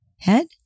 head